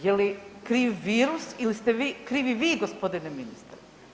Je li kriv virus ili ste krivi vi gospodine ministre?